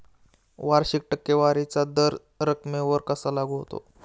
वार्षिक टक्केवारीचा दर रकमेवर कसा लागू होतो?